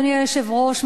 אדוני היושב-ראש,